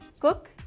Cook